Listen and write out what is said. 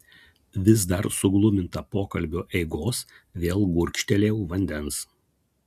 vis dar sugluminta pokalbio eigos vėl gurkštelėjau vandens